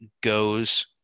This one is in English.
goes